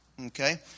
Okay